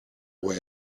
way